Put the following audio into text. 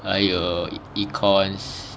还有 econs